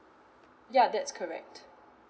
ya that's correct